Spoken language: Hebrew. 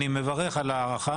אז אני רק מברך על ההארכה,